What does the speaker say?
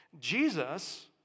Jesus